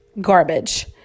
garbage